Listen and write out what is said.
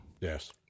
Yes